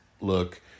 look